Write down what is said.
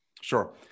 Sure